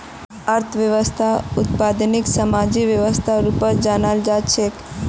अर्थव्यवस्थाक उत्पादनेर सामाजिक व्यवस्थार रूपत जानाल जा छेक